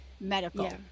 medical